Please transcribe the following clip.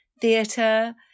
Theatre